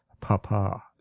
Papa